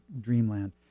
dreamland